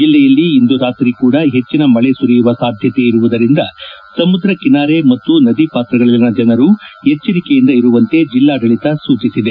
ಜಿಲ್ಲೆಯಲ್ಲಿ ಇಂದು ರಾತ್ರಿ ಕೂಡಾ ಹೆಚ್ಚಿನ ಮಳೆ ಸುರಿಯುವ ಸಾಧ್ಯತೆ ಇರುವುದರಿಂದ ಸಮುದ್ರ ಕಿನಾರೆ ಮತ್ತು ನದಿ ಪಾತ್ರಗಳಲ್ಲಿನ ಜನರು ಎಚ್ಚರಿಕೆಯಿಂದ ಇರುವಂತೆ ಜಿಲ್ಲಾಡಳಿತ ಸೂಚಿಸಿದೆ